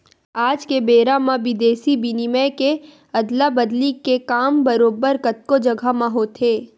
आज के बेरा म बिदेसी बिनिमय के अदला बदली के काम बरोबर कतको जघा म होथे